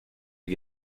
les